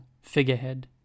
figurehead